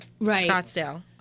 Scottsdale